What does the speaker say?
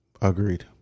Agreed